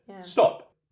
Stop